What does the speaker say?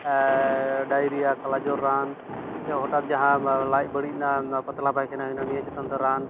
diarrhoea ᱠᱟᱞᱟᱡᱚᱨ ᱨᱟᱱ ᱥᱮ ᱦᱚᱴᱟᱛ ᱡᱟᱦᱟᱸ ᱞᱟᱡ ᱵᱟᱹᱲᱤᱡᱱᱟ ᱯᱟᱛᱞᱟ ᱯᱟᱭᱠᱷᱟᱱᱟ ᱦᱩᱭᱱᱟ ᱱᱤᱭᱟᱹ ᱪᱮᱛᱟᱱ ᱫᱚ ᱨᱟᱱ